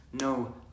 no